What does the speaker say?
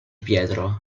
pietro